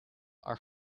are